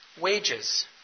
wages